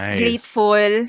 grateful